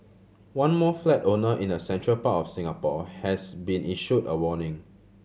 one more flat owner in the central part of Singapore has been issued a warning